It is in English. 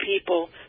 people